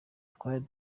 twari